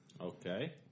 Okay